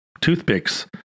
toothpicks